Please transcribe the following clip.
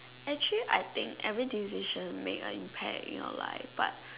actually I think every decision make an impact you know like but